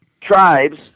tribes